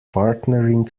partnering